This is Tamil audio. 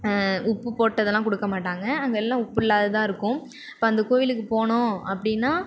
உப்பு போட்டதெலாம் கொடுக்க மாட்டாங்க அங்கே எல்லாம் உப்பு இல்லாதது தான் இருக்கும் இப்போ அந்த கோவிலுக்கு போனோம் அப்படினா